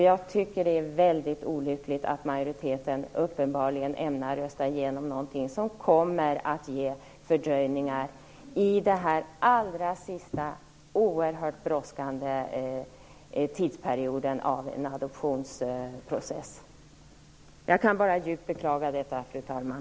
Jag tycker att det är väldigt olyckligt att majoriteten uppenbarligen ämnar rösta igenom någonting som kommer att ge fördröjningar av den allra sista, oerhört brådskande tidsperioden i en adoptionsprocess. Jag kan bara djupt beklaga detta, fru talman.